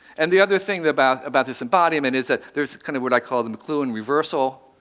and the other thing about about this embodiment is that there's kind of what i call the mcluhan reversal.